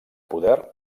poder